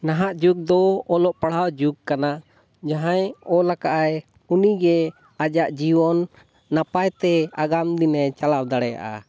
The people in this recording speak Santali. ᱱᱟᱦᱟᱜ ᱡᱩᱜᱽ ᱫᱚ ᱚᱞᱚᱜ ᱯᱟᱲᱦᱟᱣ ᱡᱩᱜᱽ ᱠᱟᱱᱟ ᱡᱟᱦᱟᱸᱭ ᱚᱞ ᱠᱟᱜᱼᱟᱭ ᱩᱱᱤᱜᱮ ᱟᱡᱟᱜ ᱡᱤᱭᱚᱱ ᱱᱟᱯᱟᱭ ᱛᱮ ᱟᱜᱟᱢ ᱫᱤᱱᱮ ᱪᱟᱞᱟᱣ ᱫᱟᱲᱮᱭᱟᱜᱼᱟ